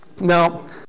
Now